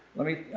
let me,